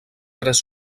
tres